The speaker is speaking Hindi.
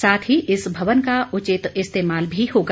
साथ ही इस भवन का उचित इस्तेमाल भी होगा